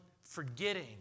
forgetting